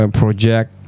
project